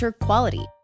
Quality